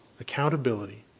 Accountability